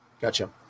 gotcha